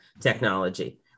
technology